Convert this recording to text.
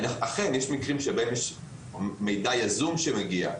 אכן יש מקרים שבהם יש מידע יזום שמגיע,